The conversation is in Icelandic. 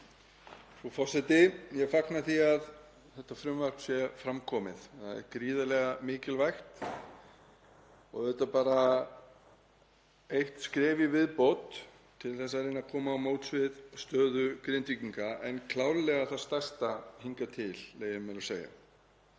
Frú forseti. Ég fagna því að þetta frumvarp sé fram komið. Það er gríðarlega mikilvægt og auðvitað bara eitt skref í viðbót til að reyna að koma til móts við stöðu Grindvíkinga en er klárlega það stærsta hingað til, leyfi ég mér að segja.